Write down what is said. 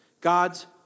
God's